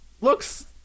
looks